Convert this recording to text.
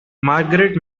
margaret